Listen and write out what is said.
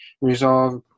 resolve